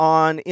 on